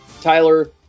Tyler